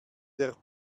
der